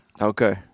Okay